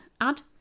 add